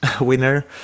winner